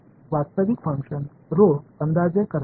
மாணவர்உயர்ந்தது